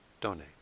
donate